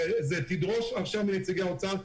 תדרוש עכשיו מנציגי האוצר,